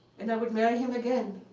and i would marry him again.